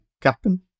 captain